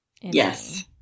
Yes